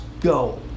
go